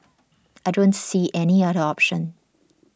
I don't see any other option